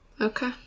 okay